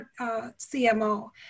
CMO